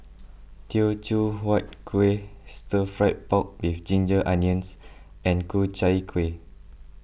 Teochew Huat Kuih Stir Fried Pork with Ginger Onions and Ku Chai Kuih